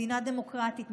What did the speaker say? מדינה דמוקרטית,